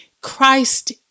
Christ